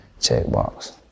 Checkbox